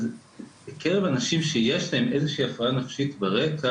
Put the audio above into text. בקרב אנשים שיש להם איזושהי הפרעה נפשית ברקע,